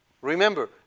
Remember